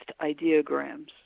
ideograms